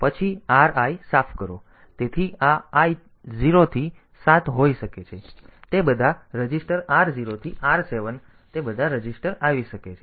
પછી Ri સાફ કરો તેથી આ i 0 થી 7 હોઈ શકે છે તે બધા રજીસ્ટર R 0 થી R 7 તે બધા રજીસ્ટર આવી શકે છે